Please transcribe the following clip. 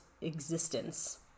existence